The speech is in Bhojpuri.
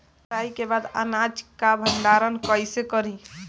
कटाई के बाद अनाज का भंडारण कईसे करीं?